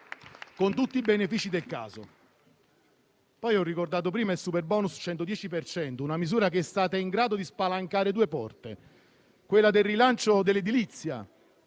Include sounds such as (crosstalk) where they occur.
con tutti i benefici del caso. (applause) Abbiamo ricordato prima il superbonus al 110 per cento, una misura che è stata in grado di spalancare due porte, quella del rilancio dell'edilizia,